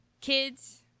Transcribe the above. Kids